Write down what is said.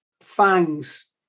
fangs